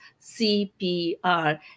CPR